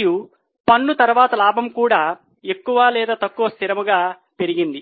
మరియు పన్ను తరువాత లాభం కూడా ఎక్కువ లేదా తక్కువ స్థిరంగా పెరిగింది